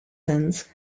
sins